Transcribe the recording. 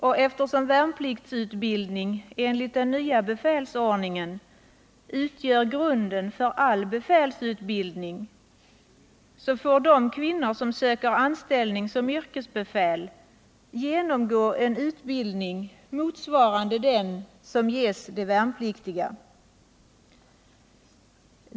Och eftersom värnpliktsutbildning, enligt den nya befälsordningen, utgör grunden för all befälsutbildning, får de kvinnor som söker anställning som yrkesbefäl genomgå en utbildning motsvarande den som ges de värnpliktiga.